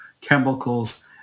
chemicals